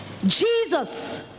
Jesus